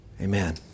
amen